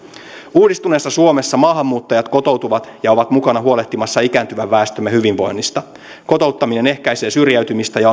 uudistuneessa suomessa maahanmuuttajat kotoutuvat ja ovat mukana huolehtimassa ikääntyvän väestömme hyvinvoinnista kotouttaminen ehkäisee syrjäytymistä ja